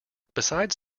besides